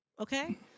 Okay